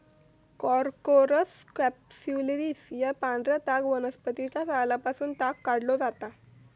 Corchorus capsularis या पांढऱ्या ताग वनस्पतीच्या सालापासून ताग काढलो जाता